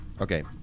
Okay